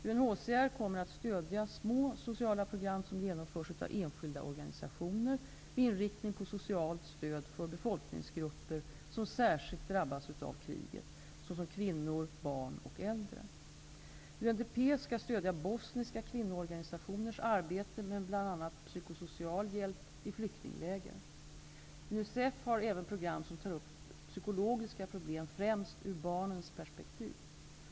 UNHCR kommer att stödja små sociala program, som genomförs av enskilda organisationer, med inriktning på socialt stöd för befolkningsgrupper som särskilt drabbats av kriget, såsom kvinnor, barn och äldre. UNDP skall stödja bosniska kvinnoorganisationers arbete med bl.a. psykosocial hjälp i flyktingläger. UNICEF har även program som tar upp psykologiska problem, främst ur barnens perspektiv.